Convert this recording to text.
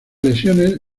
lesiones